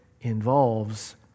involves